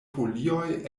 folioj